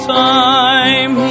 time